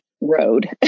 Road